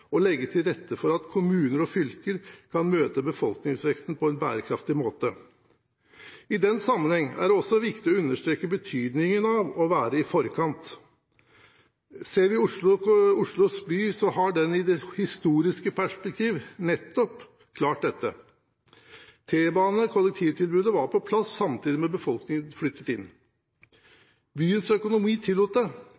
og legge til rette for at kommuner og fylker kan møte befolkningsveksten på en bærekraftig måte. I den sammenheng er det også viktig å understreke betydningen av å være i forkant. Ser vi på Oslo by, har den i det historiske perspektiv klart nettopp dette. T-banen og kollektivtilbudet var på plass samtidig med at befolkningen flyttet inn.